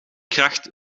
kracht